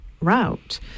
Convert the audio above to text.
route